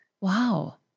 Wow